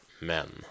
men